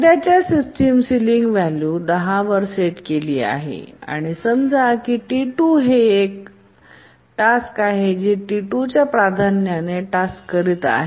सध्याची system ceiling value 10 वर set केली आहे आणि समजा T2 टास्क एक आहे जे T2च्या प्राधान्याने टास्क करीत आहे